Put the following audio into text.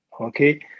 okay